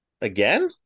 again